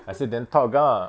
I say then talk ah